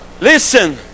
listen